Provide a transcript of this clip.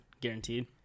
Guaranteed